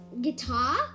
guitar